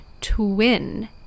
twin